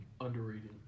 Underrated